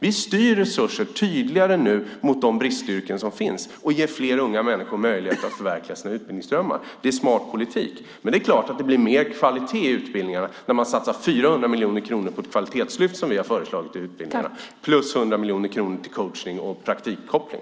Vi styr resurser tydligare nu mot de bristyrken som finns och ger fler unga människor möjlighet att förverkliga sina utbildningsdrömmar. Det är smart politik. Men det är klart att det blir mer kvalitet i utbildningarna när man satsar 400 miljoner kronor på ett kvalitetslyft som vi har föreslagit i utbildningarna och därtill 100 miljoner kronor till coachning och praktikkoppling.